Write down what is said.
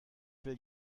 will